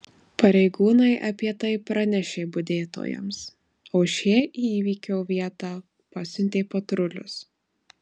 pareigūnai apie tai pranešė budėtojams o šie į įvykio vietą pasiuntė patrulius